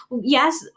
yes